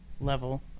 level